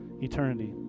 eternity